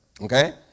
Okay